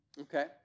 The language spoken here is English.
Okay